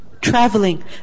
traveling